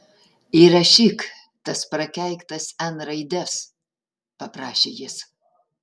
įrašyk tas prakeiktas n raides paprašė jis